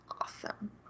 awesome